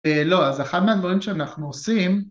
לא, אז אחד מהדברים שאנחנו עושים...